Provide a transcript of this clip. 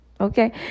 okay